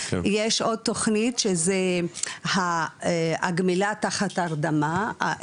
יש עוד תוכנית שזה גמילה תחת הרדמה,